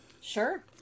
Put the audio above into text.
Sure